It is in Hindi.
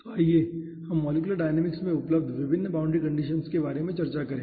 तो आइए हम मॉलिक्यूलर डायनामिक्स में उपलब्ध विभिन्न बाउंड्री कंडीशंस के बारे में चर्चा करें